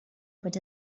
but